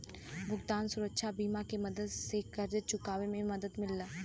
भुगतान सुरक्षा बीमा के मदद से कर्ज़ चुकावे में मदद मिलेला